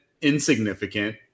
insignificant